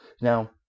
Now